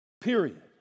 period